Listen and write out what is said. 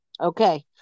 Okay